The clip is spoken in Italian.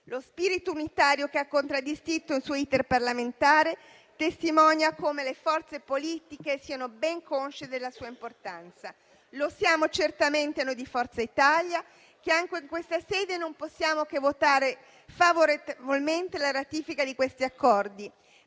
Lo spirito unitario che ha contraddistinto il suo *iter* parlamentare testimonia come le forze politiche siano ben consce della sua importanza. Lo siamo certamente noi di Forza Italia che, anche in questa sede, non possiamo che votare a favore della ratifica di questi accordi,